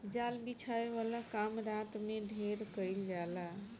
जाल बिछावे वाला काम रात में ढेर कईल जाला